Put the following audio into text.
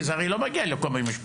כי זה הרי לא מגיע לכל המשפחות.